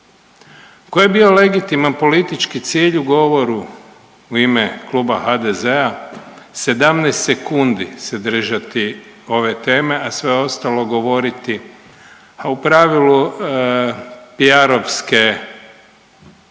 Ko je bio legitiman politički cilj u govoru u ime kluba HDZ-a 17 sekundi se držati ove teme, a sve ostalo govoriti, a u pravilu PR-ovske